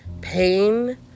pain